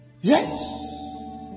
Yes